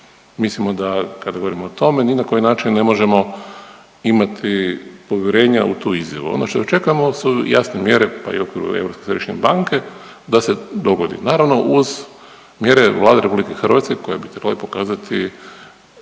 Mislim da kada govorimo o tome ni na koji način ne možemo imati povjerenja u tu izjavu. Ono što očekujemo su jasne mjere pa i Europske središnje banke, da se dogodi naravno uz mjere Vlade Republike Hrvatske koje bi trebale pokazati